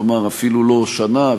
כלומר אפילו לא שנה,